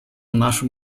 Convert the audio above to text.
нашу